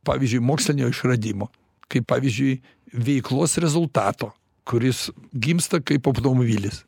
pavyzdžiui mokslinio išradimo kaip pavyzdžiui veiklos rezultato kuris gimsta kaip automobilis